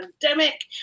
pandemic